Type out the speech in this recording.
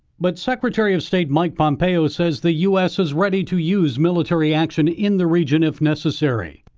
but secretary of state mike pompeo said the u s. is ready to use military action in the region if necessary.